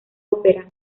ópera